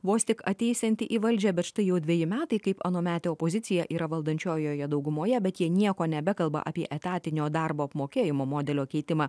vos tik ateisianti į valdžią bet štai jau dveji metai kaip anuometė opozicija yra valdančiojoje daugumoje bet jie nieko nebekalba apie etatinio darbo apmokėjimo modelio keitimą